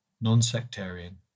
non-sectarian